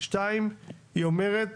דבר שני, היא אומרת